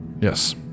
Yes